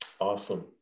Awesome